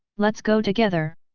let's go together.